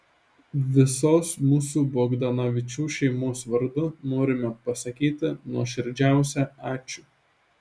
visos mūsų bogdanovičių šeimos vardu norime pasakyti nuoširdžiausią ačiū